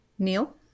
Neil